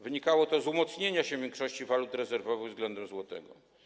Wynikało to z umocnienia się większości walut rezerwowych względem złotego.